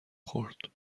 خورد